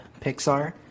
Pixar –